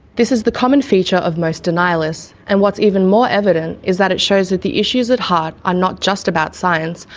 this is the common feature of most denialist's, and what's even more evident is that it shows that the issues at heart are not just about science,